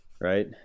Right